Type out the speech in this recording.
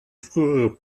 frühere